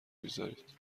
بیزارید